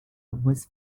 was